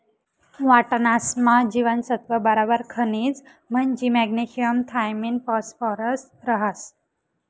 वाटाणासमा जीवनसत्त्व बराबर खनिज म्हंजी मॅग्नेशियम थायामिन फॉस्फरस रहास